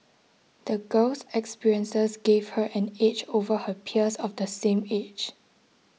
the girl's experiences gave her an edge over her peers of the same age